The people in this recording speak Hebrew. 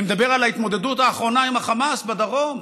אני מדבר על ההתמודדות האחרונה עם החמאס בדרום,